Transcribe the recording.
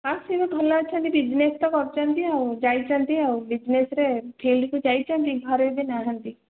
ହଁ ସିଏ ଭଲ ଅଛନ୍ତି ବିଜନେସ୍ ତ କରୁଛନ୍ତି ଆଉ ଯାଇଛନ୍ତି ଆଉ ବିଜନେସ୍ରେ ଫିଲ୍ଡକୁ ଯାଇଛନ୍ତି ଘରେ ଏବେ ନାହାନ୍ତି